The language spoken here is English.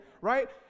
right